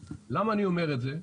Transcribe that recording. למה אני אומר את זה?